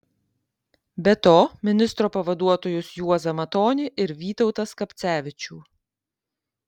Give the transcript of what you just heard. be to ministro pavaduotojus juozą matonį ir vytautą skapcevičių